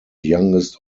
youngest